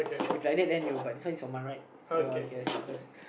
if liddat then you but this one is my right so I can start first